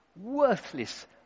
worthless